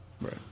Right